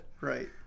Right